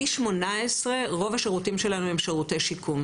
18, רוב השירותים שלנו הם שירותי שיקום.